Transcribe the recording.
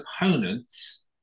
opponents